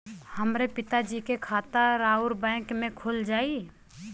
हमरे पिता जी के खाता राउर बैंक में खुल जाई?